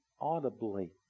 audibly